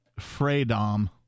Freedom